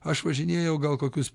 aš važinėjau gal kokius